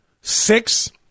six